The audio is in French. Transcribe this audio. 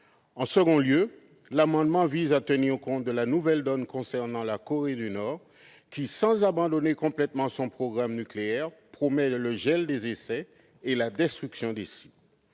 tend également à la prise en compte de la nouvelle donne concernant la Corée du Nord, qui, sans abandonner complètement son programme nucléaire, promet le gel des essais et la destruction des sites.